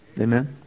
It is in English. amen